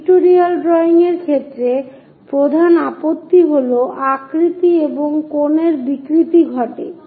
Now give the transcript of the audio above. pictorial drawing এর ক্ষেত্রে প্রধান আপত্তি হল আকৃতি এবং কোণ এর বিকৃতি ঘটে